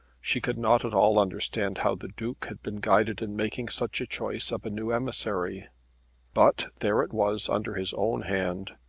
she could not at all understand how the duke had been guided in making such a choice of a new emissary but there it was under his own hand,